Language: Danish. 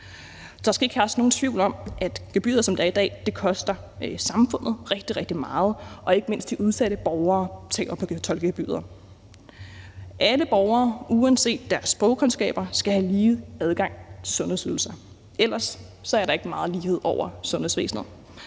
om, at tolkegebyret, som det er i dag, koster samfundet rigtig, rigtig meget, og at ikke mindst de udsatte borgere taber på gebyret. Alle borgere uanset deres sprogkundskaber skal have lige adgang til sundhedsydelser, for ellers er der ikke meget lighed over sundhedsvæsenet.